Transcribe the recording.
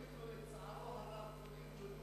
לצערו הרב קוראים לו